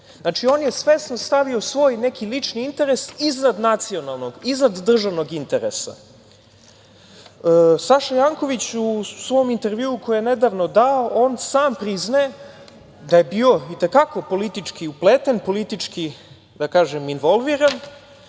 Znači, on je svesno stavio svoj neki lični interes iznad nacionalnog, iznad državnog interesa. Saša Janković, u svom intervjuu koji je nedavno dao, sam priznaje da je bio i te kako politički upleten, politički involviran